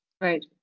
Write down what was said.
Right